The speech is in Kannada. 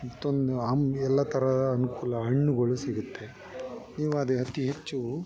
ಮತ್ತೊಂದು ಆಮ್ ಎಲ್ಲ ಥರದ ಅನುಕೂಲ ಹಣ್ಣುಗಳು ಸಿಗುತ್ತೆ ನೀವು ಅದೇ ಅತಿ ಹೆಚ್ಚು